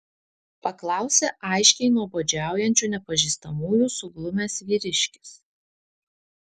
paklausė aiškiai nuobodžiaujančių nepažįstamųjų suglumęs vyriškis